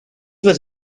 was